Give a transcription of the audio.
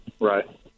Right